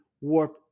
Warp